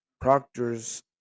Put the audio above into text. Proctor's